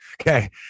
Okay